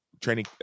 training